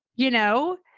you know,